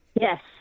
Yes